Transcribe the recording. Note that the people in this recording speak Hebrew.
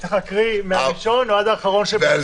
צריך לקרוא מהראשון ועד האחרון שבהם.